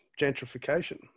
gentrification